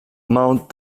mounted